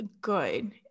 good